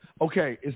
Okay